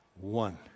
one